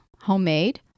homemade